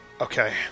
Okay